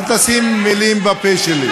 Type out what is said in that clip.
אל תשים מילים בפה שלי.